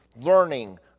learning